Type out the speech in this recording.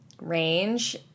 range